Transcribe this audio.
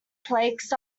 plaques